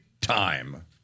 time